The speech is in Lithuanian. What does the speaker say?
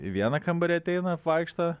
į vieną kambarį ateina apvaikšto